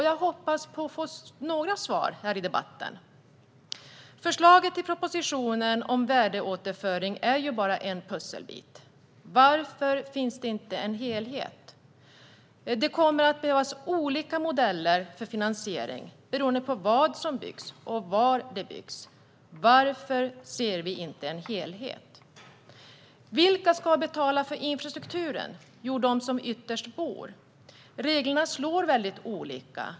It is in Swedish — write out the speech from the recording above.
Jag hoppas på att få några svar här i debatten. Förslaget i propositionen om värdeåterföring är bara en pusselbit. Varför finns det inte en helhet? Det kommer att behövas olika modeller för finansiering beroende på vad som byggs och var det byggs. Varför ser vi inte en helhet? Vilka ska betala för infrastrukturen? Jo, ytterst de boende. Reglerna slår väldigt olika.